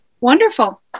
Wonderful